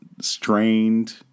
strained